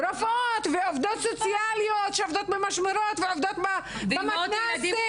רופאות ועובדות סוציאליות שעובדות במשמרות ועובדות במתנ"סים.